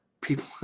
People